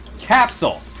Capsule